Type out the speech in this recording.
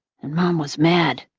and mom was mad.